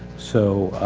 so.